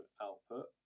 output